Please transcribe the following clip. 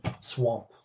swamp